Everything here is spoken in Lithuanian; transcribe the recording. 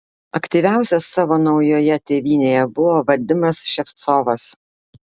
aktyviausias savo naujoje tėvynėje buvo vadimas ševcovas